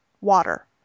water